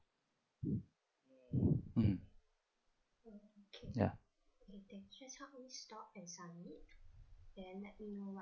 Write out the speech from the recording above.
mm ya